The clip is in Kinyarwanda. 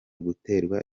guterwa